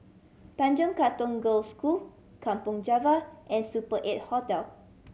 Tanjong Katong Girls' School Kampong Java and Super Eight Hotel